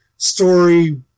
story